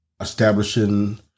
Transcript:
Establishing